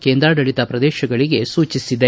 ಕೇಂದ್ರಾಡಳಿತ ಪ್ರದೇಶಗಳಿಗೆ ಸೂಚಿಸಿದೆ